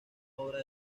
obra